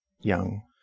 young